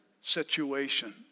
situation